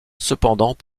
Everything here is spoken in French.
cependant